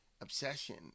obsession